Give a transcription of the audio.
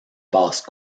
basse